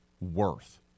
worth